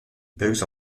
bugs